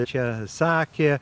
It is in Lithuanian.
čia sakė